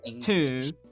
two